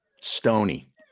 Stony